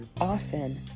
often